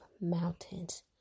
mountains